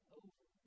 over